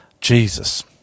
Jesus